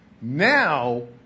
Now